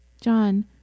John